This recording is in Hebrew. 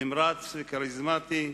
נמרץ וכריזמטי,